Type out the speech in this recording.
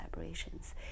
collaborations